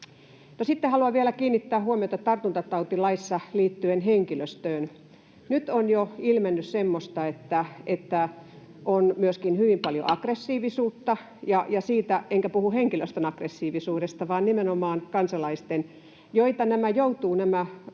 sitten haluan vielä kiinnittää huomiota tartuntatautilakiin liittyen henkilöstöön. Nyt on jo ilmennyt semmoista, että on myöskin hyvin paljon aggressiivisuutta — enkä puhu henkilöstön aggressiivisuudesta vaan nimenomaan kansalaisten, joita nämä työntekijät joutuvat